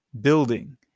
building